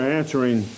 answering